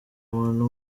umuntu